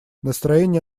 настроение